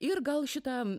ir gal šitą